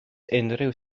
unrhyw